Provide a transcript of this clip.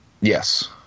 yes